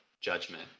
judgment